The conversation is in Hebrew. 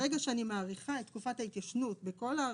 מרגע שאני מאריכה את תקופת ההתיישנות, בכל הארכה,